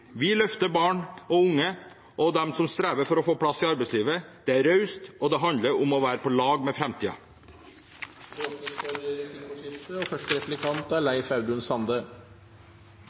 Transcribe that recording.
Vi løfter barn og unge og dem som strever for å få plass i arbeidslivet. Det er raust, og det handler om å være på lag med framtiden. Det blir replikkordskifte.